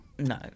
No